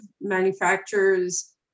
manufacturers